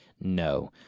No